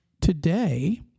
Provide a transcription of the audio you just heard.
today